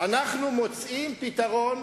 אנחנו מוצאים פתרון